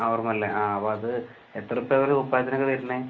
ആ ഓർമ്മയില്ലേ ആ അപ്പമത് ഇപ്പഴ്ത്തേന് കുപ്പായത്തിന് വരുന്ന